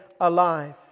alive